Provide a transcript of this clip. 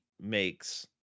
Makes